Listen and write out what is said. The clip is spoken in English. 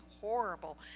horrible